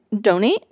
donate